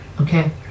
okay